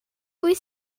wyt